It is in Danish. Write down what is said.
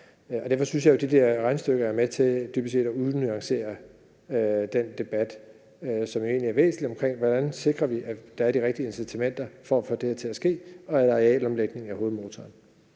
er. Derfor synes jeg jo, det der regnestykke er med til dybest set at gøre den debat unuanceret – den debat, som egentlig er væsentlig, om, hvordan vi sikrer, at der er de rigtige incitamenter til at få det her til at ske, og at arealomlægningen er hovedmotoren.